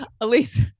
Elise